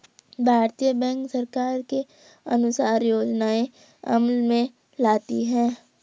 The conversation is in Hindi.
भारतीय बैंक सरकार के अनुसार योजनाएं अमल में लाती है